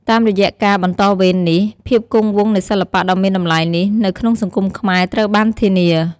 តាមរយៈការ បន្តវេន នេះ ភាពគង់វង្សនៃសិល្បៈដ៏មានតម្លៃនេះ នៅក្នុងសង្គមខ្មែរត្រូវបានធានា។